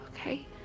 Okay